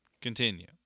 Continue